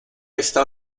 está